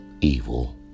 evil